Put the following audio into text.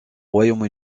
royaume